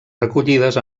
recollides